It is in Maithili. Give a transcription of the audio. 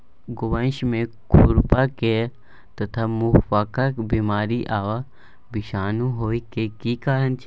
गोवंश में खुरपका तथा मुंहपका बीमारी आ विषाणु होय के की कारण छै?